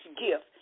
gift